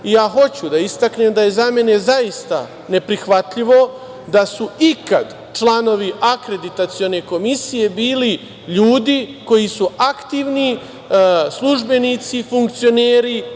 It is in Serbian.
i ja hoću da istaknem da je za mene zaista neprihvatljivo da su ikad članovi Akreditacione komisije bili ljudi koji su aktivni službenici, funkcioneri,